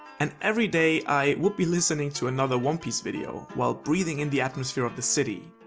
and every day, i would be listening to another one piece video while breathing in the atmosphere of the city.